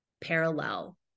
parallel